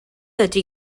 ydy